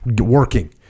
working